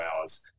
hours